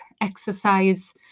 exercise